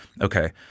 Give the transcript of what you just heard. okay